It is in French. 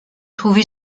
trouvé